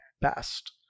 best